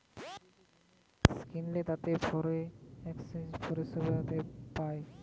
বিদেশি জিনিস কিনলে তাতে ফরেন এক্সচেঞ্জ পরিষেবাতে পায়